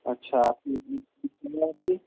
اچھا آپ کی کتنی ہے آپ کی